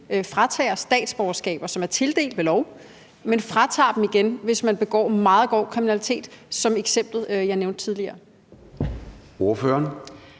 fratager statsborgerskaber, som er tildelt ved lov, hvis man begår meget grov kriminalitet som med eksemplet, jeg nævnte tidligere? Kl.